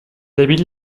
habite